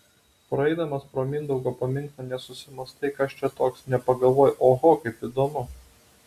praeidamas pro mindaugo paminklą nesusimąstai kas čia toks nepagalvoji oho kaip įdomu